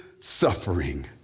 suffering